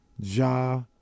Ja